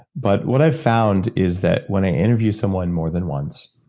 but what i've found is that when i interview someone more than once,